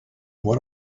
what